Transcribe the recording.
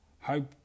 hope